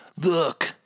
Look